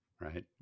right